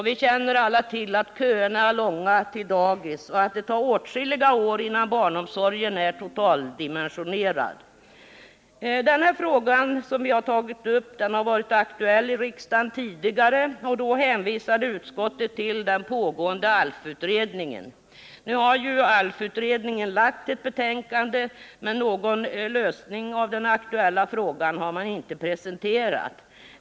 Vi känner alla till att köerna är långa till dagis och att det tar åtskilliga år innan barnomsorgen är totaldimensionerad. Frågan har varit aktuell i riksdagen tidigare, och då hänvisade utskottet till den pågående ALF-utredningen. Nu har ALF-utredningen lagt ett betänkande, men någon egentlig lösning av den aktuella frågan har man inte presenterat.